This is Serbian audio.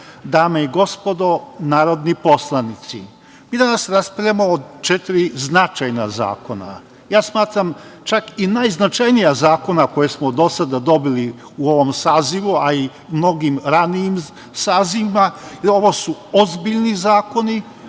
dame i gospodo narodni poslanici, mi danas raspravljamo o četiri značajna zakona, smatram čak i najznačajnija zakona koja smo do sada dobili u ovom sazivu, ali i mnogim ranijim sazivima. Ovo su ozbiljni zakoni